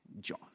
john